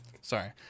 Sorry